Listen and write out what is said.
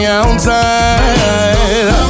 outside